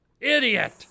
idiot